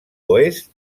oest